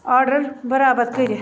order بَرابَد کٔرِتھ